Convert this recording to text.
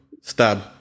stab